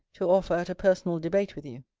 to offer at a personal debate with you.